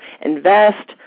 invest